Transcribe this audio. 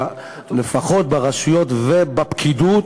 לפחות ברשויות ובפקידות,